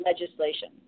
legislation